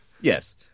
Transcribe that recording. Yes